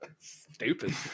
stupid